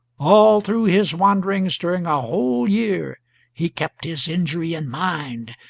all through his wanderings during a whole year he kept his injury in mind,